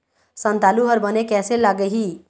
संतालु हर बने कैसे लागिही?